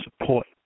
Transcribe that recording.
support